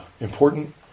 important